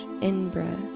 in-breath